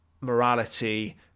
morality